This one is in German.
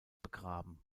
begraben